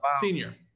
senior